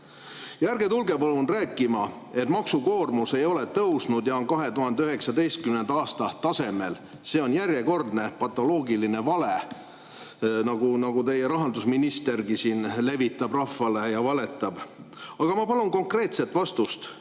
ärge tulge palun rääkima, et maksukoormus ei ole tõusnud ja on 2019. aasta tasemel. See on järjekordne patoloogiline vale, [samasugune vale,] nagu teie rahandusministergi siin rahvale levitab. Aga ma palun konkreetset vastust: